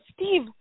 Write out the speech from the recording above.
Steve